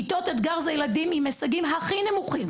כיתות אתגר זה ילדים עם הישגים הכי נמוכים